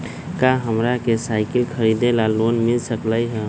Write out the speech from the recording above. का हमरा के साईकिल खरीदे ला लोन मिल सकलई ह?